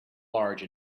large